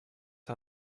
how